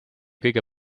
kõige